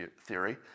theory